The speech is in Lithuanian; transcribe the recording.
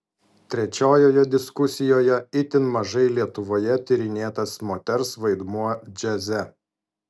trečiojoje diskusijoje itin mažai lietuvoje tyrinėtas moters vaidmuo džiaze